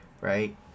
right